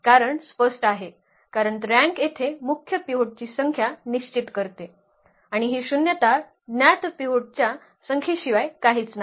कारण स्पष्ट आहे कारण रँक येथे मुख्य पिव्होट ची संख्या निश्चित करते आणि ही शून्यता ज्ञात पिव्होट च्या संख्येशिवाय काहीच नाही